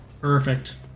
Perfect